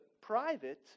private